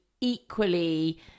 equally